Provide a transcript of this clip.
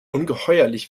ungeheuerlich